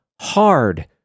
hard